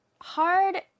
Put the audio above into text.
hard